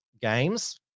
games